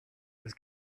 was